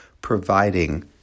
providing